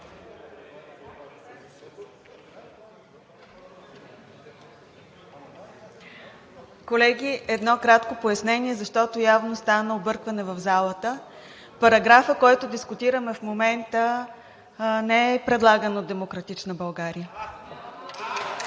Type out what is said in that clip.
Колеги, едно кратко пояснение, защото явно стана объркване в залата. Параграфът, който дискутираме в момента, не е предлаган от „Демократична България“.